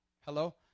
Hello